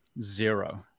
zero